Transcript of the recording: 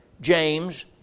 James